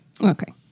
Okay